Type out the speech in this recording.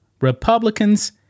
Republicans